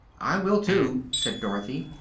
i will, too, said dorothy,